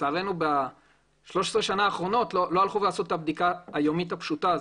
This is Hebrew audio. לצערנו ב-13 שנה האחרונות לא עשו את הבדיקה היומית הפשוטה הזאת.